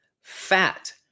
Fat